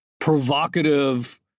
provocative